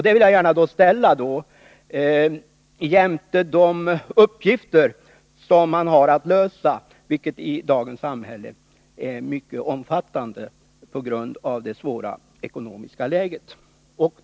Det vill jag gärna ställa i relation till de uppgifter som man har att lösa i dagens samhälle, vilka är mycket omfattande på grund av det svåra ekonomiska läget.